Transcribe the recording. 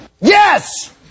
Yes